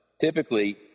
Typically